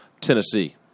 Tennessee